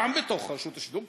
גם בתוך רשות השידור,